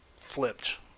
flipped